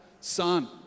son